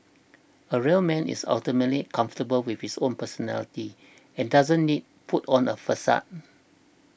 a real man is ultimately comfortable with his own personality and doesn't need put on a facade